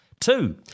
Two